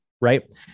right